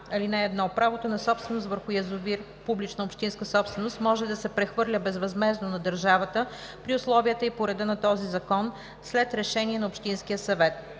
19а. (1) Правото на собственост върху язовир – публична общинска собственост, може да се прехвърля безвъзмездно на държавата при условията и по реда на този закон след решение на общинския съвет.